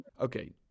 Okay